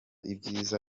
ibyiza